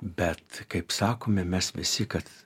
bet kaip sakome mes visi kad